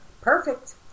Perfect